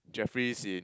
Jeffrey's in